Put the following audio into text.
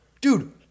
dude